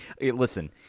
Listen